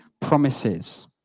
promises